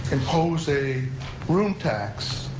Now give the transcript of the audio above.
impose a room tax